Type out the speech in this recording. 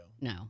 No